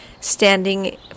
standing